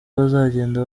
bazagenda